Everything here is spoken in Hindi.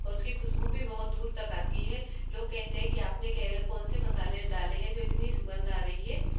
और उसकी खुशबू भी बहुत दूर तक आती है लोग कहते हैं कि आपने के कौन से मसाले डाले हैं जो इतनी सुगंध आ रही है